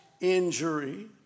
injury